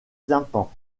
tympan